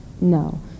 No